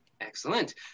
Excellent